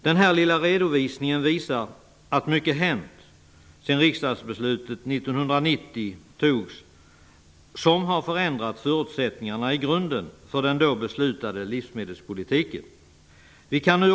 Denna lilla redogörelse visar att det har hänt mycket sedan riksdagsbeslutet 1990 som har förändrat förutsättningarna i grunden för den då beslutade livsmedelspolitiken.